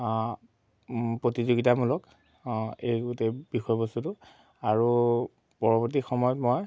প্ৰতিযোগীতামূলক এই গোটেই বিষয়বস্তুটো আৰু পৰৱৰ্তী সময়ত মই